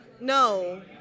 No